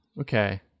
Okay